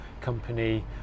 company